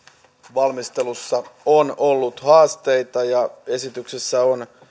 valmistelussa on ollut haasteita ja esityksessä on